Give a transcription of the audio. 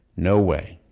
no way.